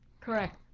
Correct